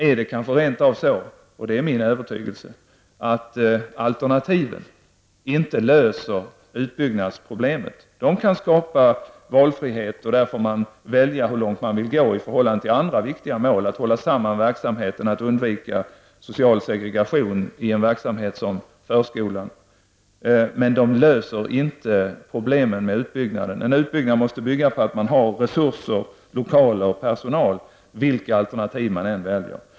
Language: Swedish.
Är det kanske rent av så -- och det är min övertygelse -- att alternativen inte löser problemet med utbyggnaden? De kan skapa valfrihet -- där får man välja hur långt man vill gå i förhållande till andra viktiga mål, att hålla samman verksamheten, att undvika social segregation i sådan verksamhet som förskolan -- men de löser inte problemen med utbyggnaden. En utbyggnad måste bygga på att man har resurser, lokaler och personal, vilka alternativ man än väljer.